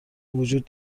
وجود